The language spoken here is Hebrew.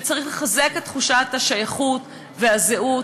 וצריך לחזק את תחושת השייכות והזהות